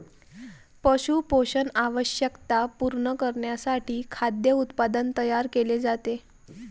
पशु पोषण आवश्यकता पूर्ण करण्यासाठी खाद्य उत्पादन तयार केले जाते